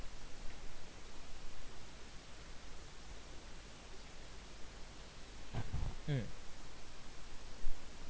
mm